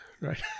Right